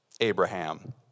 Abraham